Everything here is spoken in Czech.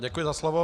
Děkuji za slovo.